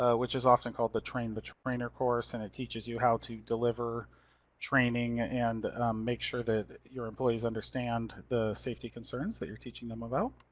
ah which is often called the train the trainer course. and it teaches you how to deliver training and make sure that your employees understand the safety concerns that you're teaching them about.